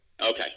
Okay